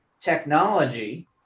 technology